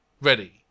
ready